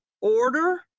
order